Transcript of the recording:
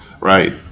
Right